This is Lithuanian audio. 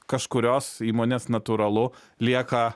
kažkurios įmonės natūralu lieka